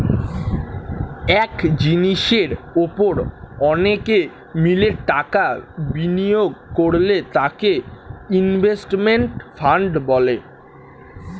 এক জিনিসের উপর অনেকে মিলে টাকা বিনিয়োগ করলে তাকে ইনভেস্টমেন্ট ফান্ড বলে